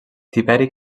tiberi